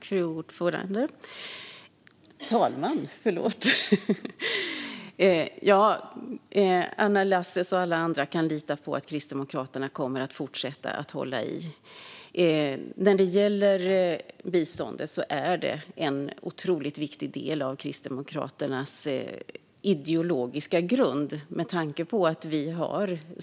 Fru talman! Anna Lasses och alla andra kan lita på att Kristdemokraterna kommer att fortsätta hålla i. Biståndet är en otroligt viktig del av Kristdemokraternas ideologiska grund.